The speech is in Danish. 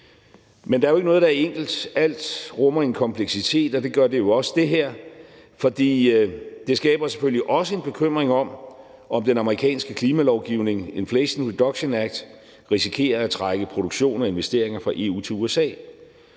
Men der er jo ikke noget, der er enkelt. Alt rummer en kompleksitet, og det gør det her jo også. For det skaber selvfølgelig også en bekymring om, om den amerikanske klimalovgivning, Inflation Reduction Act, risikerer at trække produktion og investeringer fra EU til USA.